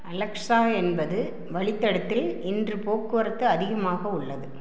Alexa என்பது வழித்தடத்தில் இன்று போக்குவரத்து அதிகமாக உள்ளது